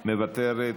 מוותרת,